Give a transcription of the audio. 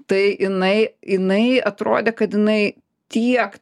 tai jinai jinai atrodė kad jinai tiek